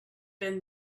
been